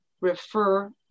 refer